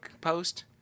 post